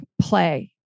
play